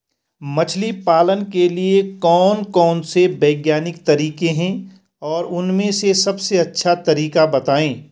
मछली पालन के लिए कौन कौन से वैज्ञानिक तरीके हैं और उन में से सबसे अच्छा तरीका बतायें?